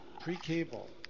pre-cable